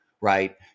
right